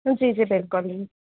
जी जी बिल्कुलु